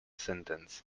sentence